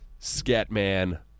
Scatman